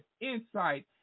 insight